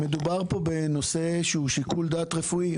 מדובר פה בנושא שהוא שיקול דעת רפואי.